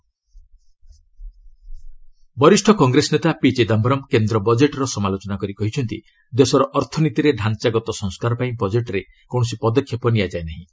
Rajya Sabha budget discussion ବରିଷ୍ଠ କଂଗ୍ରେସ ନେତା P Chidambaram କେନ୍ଦ୍ର ବଜେଟ୍ର ସମାଲୋଚନା କରି କହିଛନ୍ତି ଦେଶର ଅର୍ଥନୀତିରେ ଡାଞ୍ଚାଗତ ସଂସ୍କାର ପାଇଁ ବଜେଟ୍ରେ କୌଣସି ପଦକ୍ଷେପ ନିଆଯାଇ ନାହିଁ